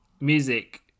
music